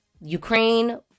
Ukraine